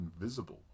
invisible